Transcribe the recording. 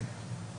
כן.